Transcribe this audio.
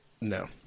no